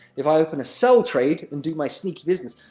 if i open a sell trade, and do my sneaky business,